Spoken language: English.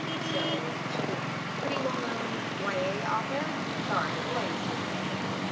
so she's a pretty well-known why a author. sorry, the light is doing weird things.